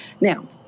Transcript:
Now